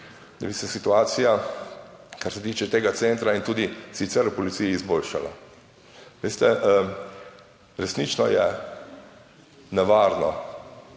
da bi se situacija, kar se tiče tega centra in tudi sicer v policiji izboljšala. Veste, resnično je nevarno